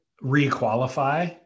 re-qualify